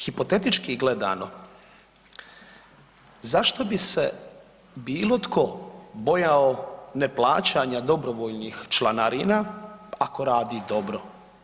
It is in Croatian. Hipotetički gledano, zašto bi se bilo tko bojao neplaćanja dobrovoljnih članarina ako radi dobro?